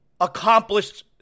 accomplished